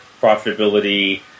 profitability